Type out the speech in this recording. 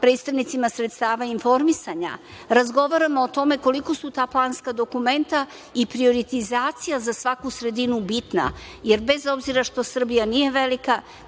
predstavnicima sredstava informisanja razgovaramo o tome koliko su ta planska dokumenta i prioritizacija za svaku sredinu bitna, jer, bez obzira što Srbija nije velika,